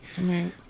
Right